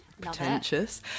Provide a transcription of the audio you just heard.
Pretentious